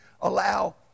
allow